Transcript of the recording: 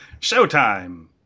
showtime